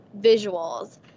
visuals